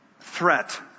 threat